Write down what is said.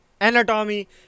anatomy